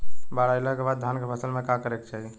बाढ़ आइले के बाद धान के फसल में का करे के चाही?